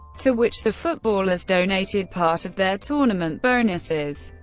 to which the footballers donated part of their tournament bonuses.